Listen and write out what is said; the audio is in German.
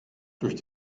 durch